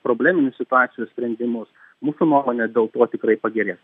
probleminių situacijų sprendimus mūsų nuomone dėl to tikrai pagerės